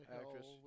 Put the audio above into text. actress